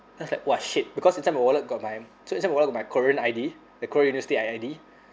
I was like !wah! shit because inside my wallet got my so inside my wallet got my korean I_D the korean university I I_D